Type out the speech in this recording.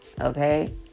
Okay